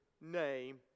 name